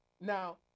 now